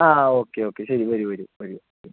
ആ okay okay ശരി വരു വരു വരു വരു